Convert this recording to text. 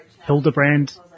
Hildebrand